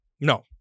No